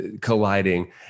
colliding